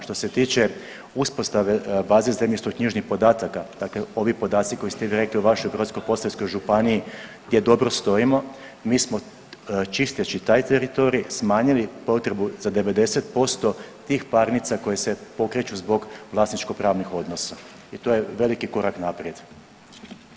Što se tiče uspostave baze zemljišno-knjižnih podataka, dakle ovi podaci koje ste vi rekli o vašoj Brodsko-posavskoj županiji gdje dobro stojimo, mi smo čisteći taj teritorij smanjili potrebu za 90% tih parnica koje se pokreću zbog vlasničkopravnih odnosa i to je veliki korak naprijed.